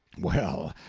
well,